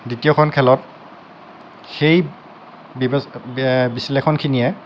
দ্বিতীয়খন খেলত সেই বিবে বিশ্লেষণ খিনিয়ে